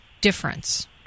difference